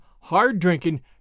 hard-drinking